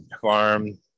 farm